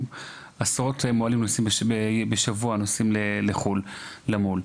עשרות מוהלים בשבוע נוסעים לחו"ל למול,